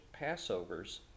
Passovers